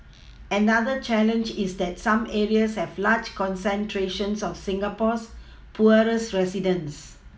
another challenge is that some areas have large concentrations of Singapore's poorest residents